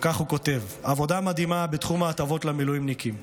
כך הוא כתב: עבודה מדהימה בתחום ההטבות למילואימניקים.